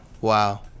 wow